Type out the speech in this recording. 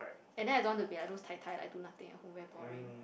and then I don't want to be like those tai tai like do nothing at home very boring